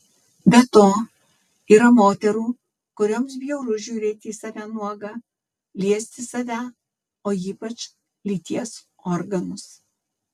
be to yra moterų kurioms bjauru žiūrėti į save nuogą liesti save o ypač lyties organus